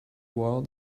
while